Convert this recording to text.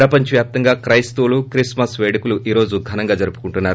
ప్రపంచ వ్యాప్తంగా క్లెస్తవులు క్రిస్మస్ వేడుకలు ఈ రోజు ఘనంగా జరుపుకుంటున్నారు